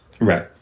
Right